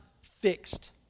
fixed